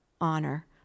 honor